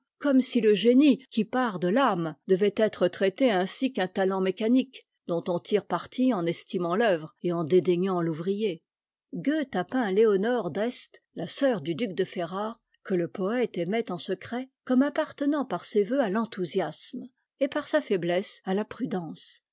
comme si le génie qui part de l'âme devait être traité ainsi qu'un talent mécanique dont on tire parti en estimant l'oeuvre et en dédaignant l'ouvrier goethe a peint léonore d'est la soeur du duc de ferrare que le poëte aimait en secret comme appartenant par ses voeux à l'enthousiasme et par sa faiblesse à la prudence